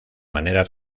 manera